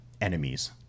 enemies